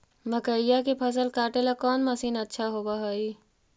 मकइया के फसल काटेला कौन मशीन अच्छा होव हई?